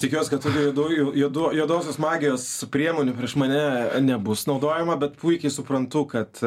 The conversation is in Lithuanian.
tikiuosi kad daugiau juodų juodosios magijos priemonių prieš mane nebus naudojama bet puikiai suprantu kad